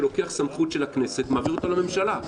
שהוא לוקח סמכות של הכנסת ומעביר אותה לממשלה.